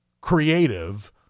creative